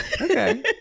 Okay